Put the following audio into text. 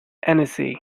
annecy